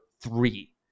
three